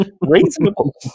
reasonable